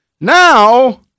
now